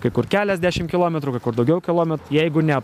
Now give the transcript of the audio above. kai kur keliasdešimt kilometrų kur daugiau kilometrų jeigu ne